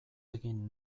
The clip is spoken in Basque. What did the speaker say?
egin